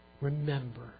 Remember